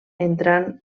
entrant